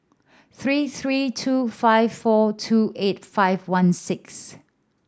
three three two five four two eight five one six